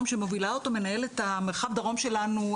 שמובילה אותו מנהלת המרחב דרום שלנו,